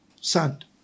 sand